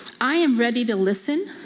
i am ready to listen,